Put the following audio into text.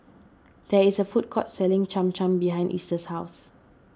there is a food court selling Cham Cham behind Easter's house